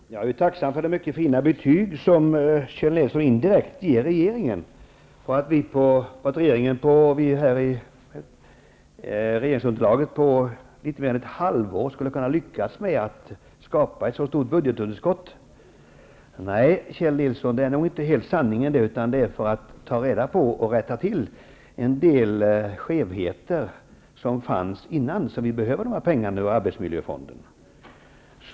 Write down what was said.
Herr talman! Jag är tacksam för det mycket fina betyg som Kjell Nilsson indirekt ger oss i det nuvarande regeringsunderlaget, att vi på litet mer än ett halvår skulle ha lyckats skapa ett så stort budgetunderskott. Nej, Kjell Nilsson, det är inte hela sanningen, utan vad vi gör är att rätta till en del skevheter som fanns före regeringsskiftet. Så vi behöver pengarna från arbetsmiljöfonden.